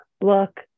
look